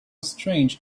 strange